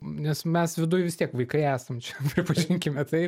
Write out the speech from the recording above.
nes mes viduj vis tiek vaikai esam čia pripažinkime tai